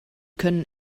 können